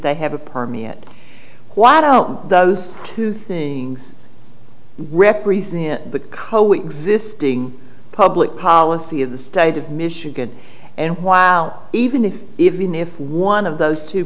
they have a permit why don't those two things represent the coexisting public policy of the state of michigan and while even if even if one of those two